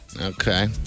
Okay